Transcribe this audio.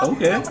Okay